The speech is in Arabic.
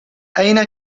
أين